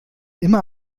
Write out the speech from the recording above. immer